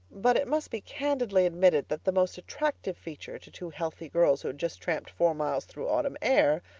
but it must be candidly admitted that the most attractive feature, to two healthy girls who had just tramped four miles through autumn air,